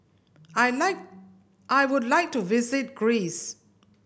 I like I would like to visit Greece